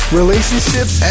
relationships